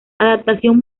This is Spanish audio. adaptación